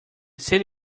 city